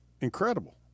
incredible